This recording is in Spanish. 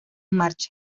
marcha